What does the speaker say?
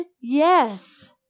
yes